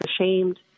ashamed